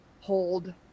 hold